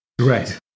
right